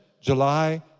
July